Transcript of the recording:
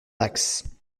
taxes